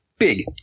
big